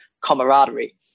camaraderie